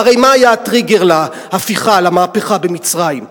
והרי מה היה הטריגר למהפכה במצרים?